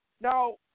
Now